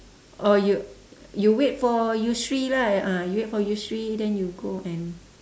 or you you wait for yusri lah ah you for yusri then you go and